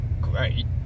great